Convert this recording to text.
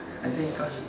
I think cause